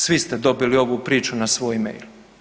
Svi ste dobili ovu priču na svoj mail.